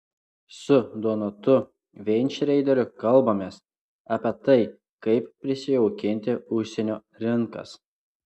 su donatu veinšreideriu kalbamės apie tai kaip prisijaukinti užsienio rinkas